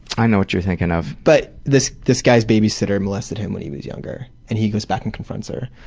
i know what you're thinking of. but, this this guy's babysitter molested him when he was younger, and he goes back and confronts her.